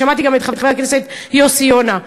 ושמעתי גם את חבר הכנסת יוסי יונה: